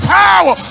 power